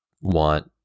want